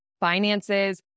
finances